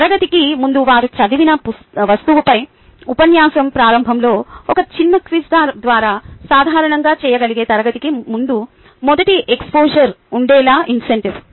తరగతికి ముందు వారు చదివిన వస్తువుపై ఉపన్యాసం ప్రారంభంలో ఒక చిన్న క్విజ్ ద్వారా సాధారణంగా చేయగలిగే తరగతికి ముందు మొదటి ఎక్స్పోజర్ ఉండేలా ఇన్సెంటివ్